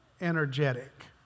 energetic